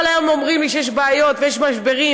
כל היום אומרים לי שיש בעיות ויש משברים,